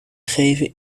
geven